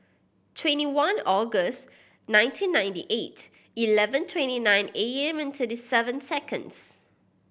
twenty one August nineteen ninety eight eleven twenty nine A M and thirty seven seconds